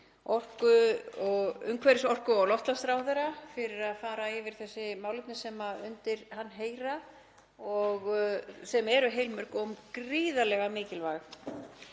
umhverfis-, orku- og loftslagsráðherra fyrir að fara yfir þessi málefni sem undir hann heyra; þau eru heilmörg og gríðarlega mikilvæg.